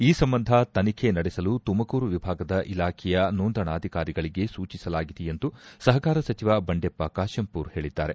ಈ ಸಂಬಂಧ ತನಿಖೆ ನಡೆಸಲು ತುಮಕೂರು ವಿಭಾಗದ ಇಲಾಖೆಯ ನೋಂದಣಾಧಿಕಾರಿಗಳಿಗೆ ಸೂಚಿಸಲಾಗಿದೆ ಎಂದು ಸಹಕಾರ ಸಚಿವ ಬಂಡೆಪ್ಪ ಕಾಶಂಪೂರ್ ಹೇಳಿದ್ದಾರೆ